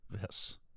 Yes